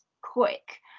quick